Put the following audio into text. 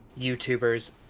YouTuber's